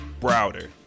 Browder